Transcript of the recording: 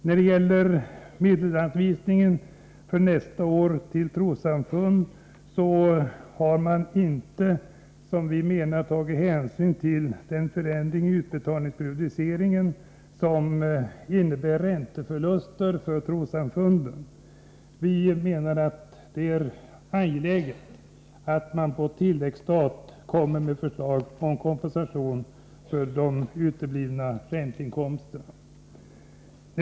När det gäller medelsanvisningen för nästa år till trossamfund menar vi att man inte tagit hänsyn till den förändring i utbetalningsperiodiseringen som innebär ränteförluster för trossamfunden. Vi menar att det är angeläget att man på tilläggsstat kommer med förslag om kompensation för de uteblivna ränteinkomsterna.